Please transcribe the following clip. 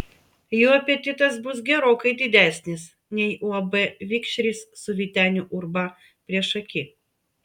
jų apetitas bus gerokai didesnis nei uab vikšris su vyteniu urba priešaky